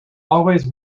always